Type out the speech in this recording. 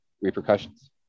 repercussions